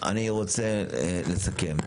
אני רוצה לסכם.